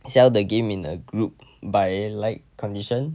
sell the game in a group buy like condition